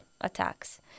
attacks